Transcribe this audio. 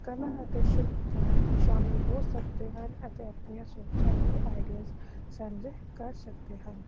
ਕਲਾ ਅਤੇ ਸ਼ਿਲਪਕਾਰ ਸ਼ਾਮਿਲ ਹੋ ਸਕਦੇ ਹਨ ਅਤੇ ਆਪਣੀਆਂ ਸੋਚਾਂ ਅਤੇ ਆਈਡੀਆਸ ਸਾਂਝੇ ਕਰ ਸਕਦੇ ਹਨ